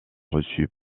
reçue